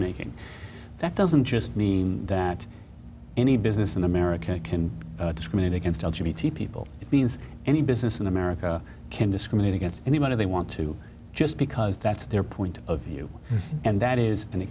making that doesn't just mean that any business in america can discriminate against people it means any business in america can discriminate against anybody they want to just because that's their point of view and that is an